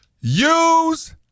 Use